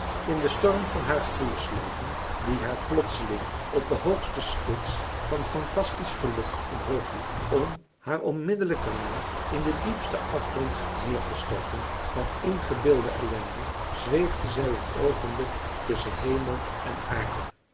in den storm van haar gevoelsleven die haar plotseling op de hoogste spits van fantastisch geluk omhoog hief om haar onmiddelijk daarna in den diepsten afgrond neer testorten van ingebeelde ellende zweefde zij een oogenblik tusschen hemel en aarde